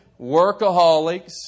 workaholics